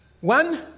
One